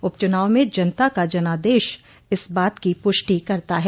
उप चुनाव में जनता का जनादेश इस बात की पुष्टि करता है